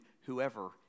whoever